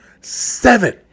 Seven